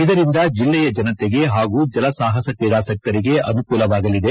ಇದರಿಂದ ಜಿಲ್ಲೆಯ ಜನತೆಗೆ ಹಾಗೂ ಜಲಸಾಪಸ ಕ್ರೀಡಾಸಕ್ತರಿಗೆ ಅನುಕೂಲವಾಗಲಿದೆ